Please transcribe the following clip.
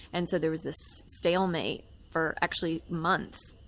and so there was this stalemate for actually months.